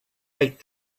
right